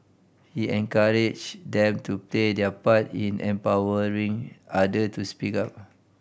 he encouraged them to play their part in empowering other to speak up